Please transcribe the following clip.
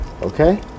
Okay